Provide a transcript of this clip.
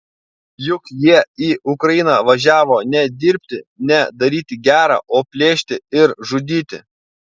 juk jie į ukrainą važiavo ne dirbti ne daryti gera o plėšti ir žudyti